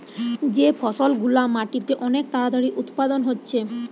যে ফসল গুলা মাটিতে অনেক তাড়াতাড়ি উৎপাদন হচ্ছে